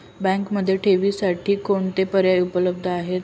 बँकेमध्ये ठेवींसाठी कोणते पर्याय उपलब्ध आहेत?